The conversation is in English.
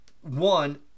one